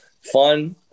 fun